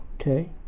okay